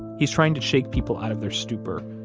he's trying to shake people out of their stupor,